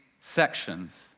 sections